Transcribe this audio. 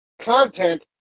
content